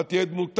מה תהיה דמותה?